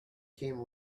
came